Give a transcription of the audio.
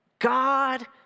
God